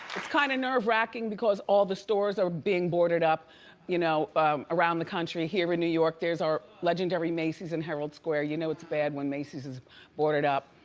it's kinda nerve wracking because all the stores are being boarded up you know around the country. here in new york, there's our legendary macy's in herald square. you know it's bad when macy's is boarded up.